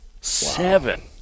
Seven